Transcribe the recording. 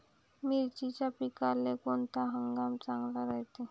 मिर्चीच्या पिकाले कोनता हंगाम चांगला रायते?